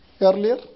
earlier